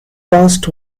past